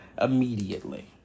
immediately